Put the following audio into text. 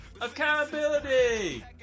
Accountability